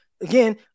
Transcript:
Again